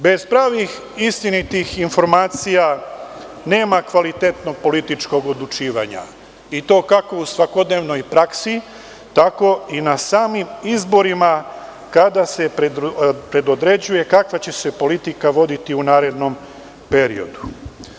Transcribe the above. Bez pravih i istinitih informacija nema kvalitetnog političkog odlučivanja, i to kako u svakodnevnoj praksi, tako i na samim izborima kada se predodređuje kakva će se politika voditi u narednom periodu.